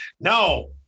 no